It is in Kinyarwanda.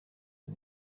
ari